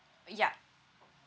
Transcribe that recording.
ya